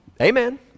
Amen